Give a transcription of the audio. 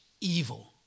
evil